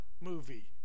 movie